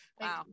Wow